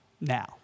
now